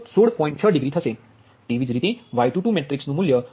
6 degree થશે તેવીજ રીતે Y22 મેટ્રિક્સ નુ મૂલ્ય 58